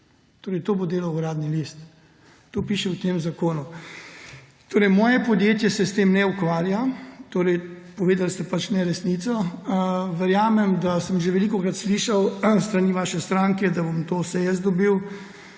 torej delal Uradni list. To piše v tem zakonu. Moje podjetje se s tem ne ukvarja. Torej, povedali ste neresnico. Verjamem, da sem že velikokrat slišal s strani vaše stranke, da bom to vse jaz dobil.